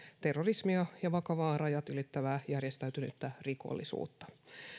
terrorismia ja vakavaa rajat ylittävää järjestäytynyttä rikollisuutta